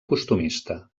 costumista